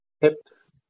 hips